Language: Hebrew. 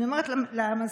אני אומרת למזכירה: